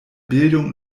bildung